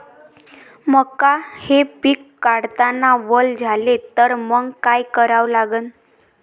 मका हे पिक काढतांना वल झाले तर मंग काय करावं लागन?